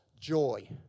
Joy